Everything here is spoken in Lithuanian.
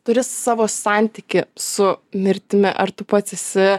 turi savo santykį su mirtimi ar tu pats esi